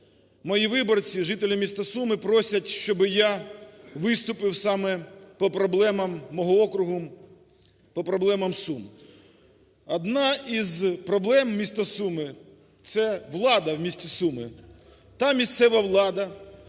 мої виборці жителі міста Суми просять, щоби я виступив саме по проблемам мого округу, по проблемам Сум. Одна із проблем міста Суми – це влада в місті Суми. Та місцева влада,